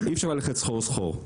אי אפשר ללכת סחור סחור,